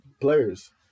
players